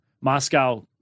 Moscow